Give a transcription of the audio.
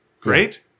great